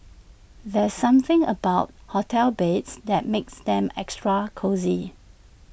there's something about hotel beds that makes them extra cosy